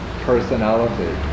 personality